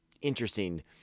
interesting